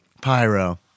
Pyro